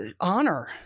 Honor